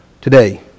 Today